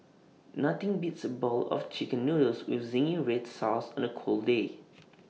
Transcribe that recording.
nothing beats A bowl of Chicken Noodles with Zingy Red Sauce on A cold day